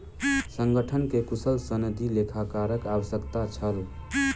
संगठन के कुशल सनदी लेखाकारक आवश्यकता छल